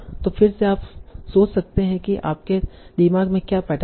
तो फिर से आप सोच सकते हैं कि आपके दिमाग में क्या पैटर्न हैं